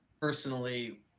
personally